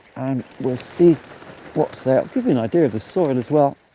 and we'll see what's there. give you an idea of the soil as well.